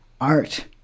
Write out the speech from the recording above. art